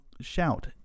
shout